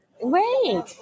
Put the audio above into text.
wait